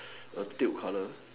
a tube colour